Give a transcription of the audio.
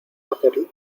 hacerlo